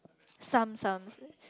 some some